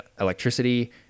electricity